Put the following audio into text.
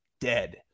dead